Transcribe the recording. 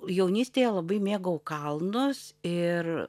jaunystėje labai mėgau kalnus ir